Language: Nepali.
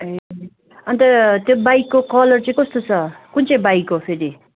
ए अन्त त्यो बाइकको कलर चाहिँ कस्तो छ कुन चाहिँ बाइक हो फेरि